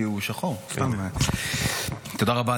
תודה רבה,